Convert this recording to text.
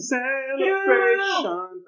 Celebration